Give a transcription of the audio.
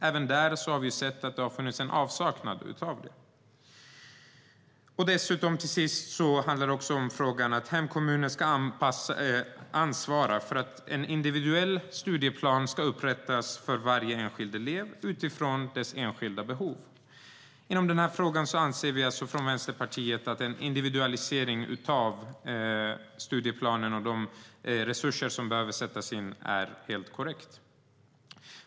Även där har vi sett en avsaknad av det. Till sist ska hemkommunen dessutom också ansvara för att en individuell studieplan ska upprättas för varje enskild elev utifrån dess enskilda behov. Vi från Vänsterpartiet anser alltså att en individualisering av studieplanen och de resurser som behöver sättas in är helt korrekt.